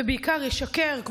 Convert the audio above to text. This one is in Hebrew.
ובעיקר ישקר,